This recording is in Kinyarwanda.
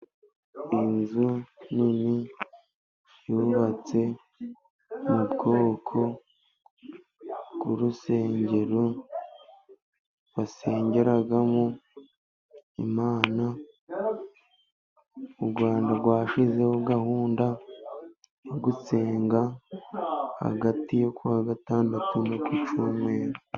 Inzu nini yubatse mu bwoko bw'urusengero, basengeramo Imana, u Rwanda rwashyizeho gahunda yo gusenga, hagati yo kuwa gatandatu no ku cyumweru.